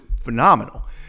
phenomenal